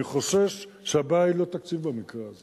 אני חושש שהבעיה היא לא תקציב במקרה הזה.